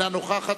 אינה נוכחת,